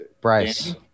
Bryce